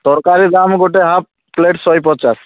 ତରକାରୀ ଦାମ୍ ଗୋଟେ ହାଫ୍ ପ୍ଲେଟ୍ ଶହେ ପଚାଶ